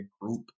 group